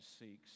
seeks